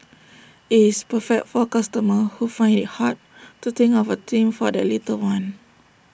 IT is perfect for customers who find IT hard to think of A theme for their little one